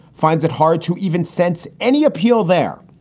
finds it hard to even sense any appeal there.